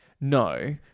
No